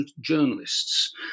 journalists